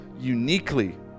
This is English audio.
uniquely